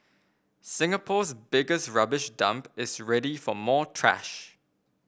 Singapore's biggest rubbish dump is ready for more trash